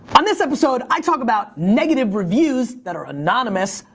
on this episode, i talk about negative reviews, that are anonymous,